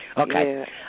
Okay